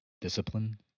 Discipline